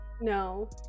no